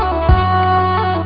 oh